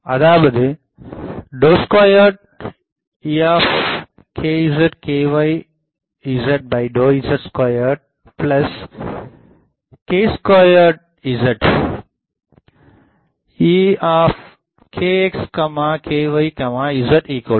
அதாவது Ə2Ekx ky zƏz2kz2E kx ky z0